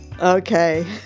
Okay